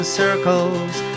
circles